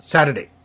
Saturday